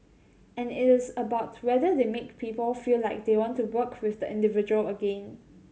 and it is about whether they make people feel like they want to work with the individual again